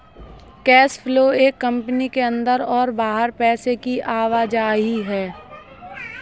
cash flow एक company के अंदर और बाहर पैसे की आवाजाही है